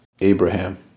Abraham